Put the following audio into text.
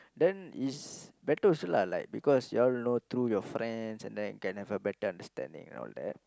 then is better also lah like because you all know through your friends then can have a better understanding and all that